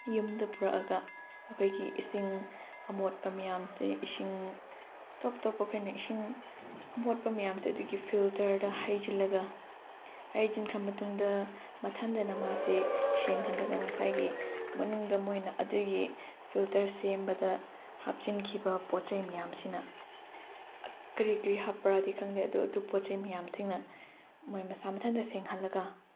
ꯌꯨꯝꯗ ꯄꯨꯔꯛꯑꯒ ꯑꯩꯈꯣꯏꯒꯤ ꯏꯁꯤꯡ ꯑꯃꯣꯠꯄ ꯃꯌꯥꯝꯁꯦ ꯏꯁꯤꯡ ꯇꯣꯞ ꯇꯣꯞꯄ ꯑꯩꯈꯣꯏꯅ ꯏꯁꯤꯡ ꯑꯝꯣꯠꯄ ꯃꯌꯥꯝꯁꯦ ꯑꯗꯨꯒꯤ ꯐꯤꯜꯇꯔꯗ ꯍꯩꯖꯤꯜꯂꯒ ꯍꯩꯖꯤꯟꯈ꯭ꯔ ꯃꯇꯨꯡꯗ ꯃꯊꯟꯗꯅ ꯃꯥꯁꯦ ꯁꯦꯡꯍꯜꯂꯒ ꯉꯁꯥꯏꯒꯤ ꯃꯅꯨꯡꯗ ꯃꯣꯏꯅ ꯑꯗꯨꯒꯤ ꯐꯤꯜꯇꯔ ꯁꯦꯝꯕꯗ ꯍꯥꯞꯆꯤꯟꯈꯤꯕ ꯄꯣꯠ ꯆꯩ ꯃꯌꯥꯝꯁꯤꯅ ꯀꯔꯤ ꯀꯔꯤ ꯍꯥꯞꯄ꯭ꯔꯥꯗꯤ ꯈꯪꯗꯦ ꯑꯗꯨ ꯑꯗꯨ ꯄꯣꯠ ꯆꯩ ꯃꯌꯥꯝꯁꯤꯡꯅ ꯃꯣꯏ ꯃꯁꯥ ꯃꯊꯟꯇ ꯁꯦꯡꯍꯜꯂꯒ